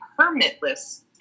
permitless